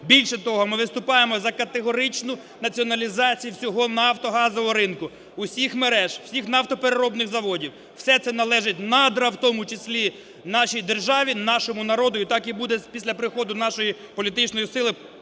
Більше того, ми виступаємо за категоричну націоналізацію всього нафтогазового ринку, усіх мереж, всіх нафтопереробних заводів, все це належить, надра в тому числі, нашій державі, нашому народу. І так і буде після приходу нашої політичної сили